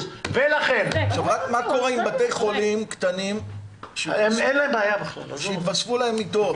מה קורה עם בתי חולים קטנים שיתווספו להם מיטות?